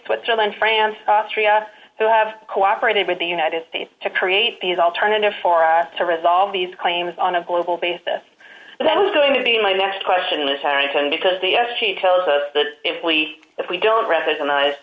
switzerland france austria who have cooperated with the united states to create these alternative for us to resolve these claims on a global basis that is going to be my next question is how i can because the s g tells us that if we if we don't recognize